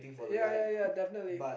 ya ya ya definitely